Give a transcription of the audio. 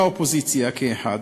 ומהאופוזיציה כאחד,